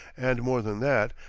and, more than that,